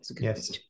Yes